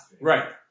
Right